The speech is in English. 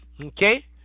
Okay